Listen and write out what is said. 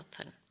open